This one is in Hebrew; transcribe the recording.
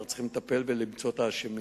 אנחנו צריכים לטפל ולמצוא את האשמים.